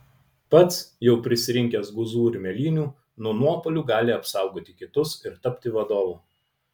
pats jau prisirinkęs guzų ir mėlynių nuo nuopuolių gali apsaugoti kitus ir tapti vadovu